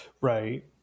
Right